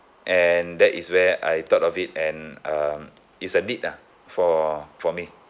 and that is where I thought of it and um it's a need ah for for me